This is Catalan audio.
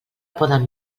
poden